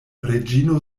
reĝino